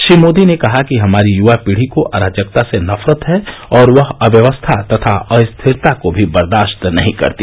श्री मोदी ने कहा कि हमारी युवा पीढ़ी को अराजकता से नफरत है और ँवह अव्यवस्था तथा अस्थिरता को भी बर्दाश्त नहीं करती